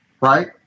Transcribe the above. right